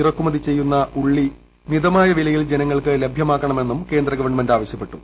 ഇറക്കുമതി ചെയ്യുനന ഉള്ളി മിതമായ വിലയിൽ ജനങ്ങൾക്ക് ലഭ്യമാക്കണമെന്നും കേന്ദ്ര ഗവൺമെന്റ് ആവശ്യപ്പെട്ടു